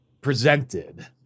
presented